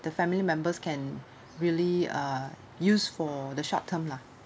the family members can really uh use for the short term lah